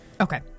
Okay